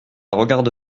regarde